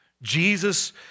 Jesus